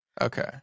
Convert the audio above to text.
Okay